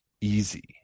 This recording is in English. easy